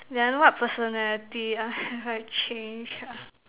then what personality have I change uh